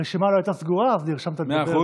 הרשימה לא הייתה סגורה, אז נרשמת לדבר.